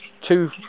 two